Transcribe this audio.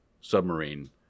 submarine